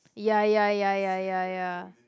ya ya ya ya ya ya